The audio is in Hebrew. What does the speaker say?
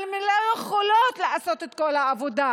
אבל הן לא יכולות לעשות את כל העבודה,